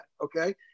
Okay